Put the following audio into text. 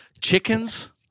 Chickens